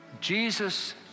Jesus